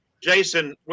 Jason